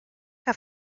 que